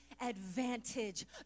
Advantage